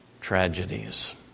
tragedies